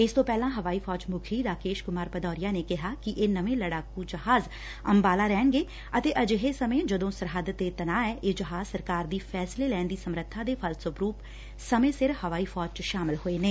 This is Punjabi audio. ਇਸ ਤੋ ਪਹਿਲਾਂ ਹਵਾਈ ਫੌਜ ਮੁੱਖੀ ਰਾਕੇਸ਼ ਕੁਮਾਰ ਭਦੌਰੀਆ ਨੇ ਕਿਹਾ ਕਿ ਇਹ ਨਵੇ ਲੜਾਕੁ ਜਹਾਜ਼ ਅੰਬਾਲਾ ਰਹਿਣਗੇ ਅਤੇ ਅਜਿਹੇ ਸਮੇਂ ਜਦੋਂ ਸਰਹੱਦ ਤੇ ਤਣਾਅ ਐ ਇਹ ਜਹਾਜ ਸਰਕਾਰ ਦੀ ਫੈਸਲੇ ਲੈਣ ਦੀ ਸਮਰੱਬਾ ਦੇ ਫਲਸਰੁਪ ਸਮੇਂ ਸਿਰ ਹਵਾਈ ਫੌਜ ਚ ਸ਼ਾਮਲ ਹੋਏ ਨੇ